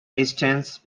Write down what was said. extends